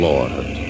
Lord